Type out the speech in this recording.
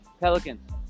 Pelicans